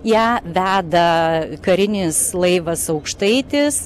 ją veda karinis laivas aukštaitis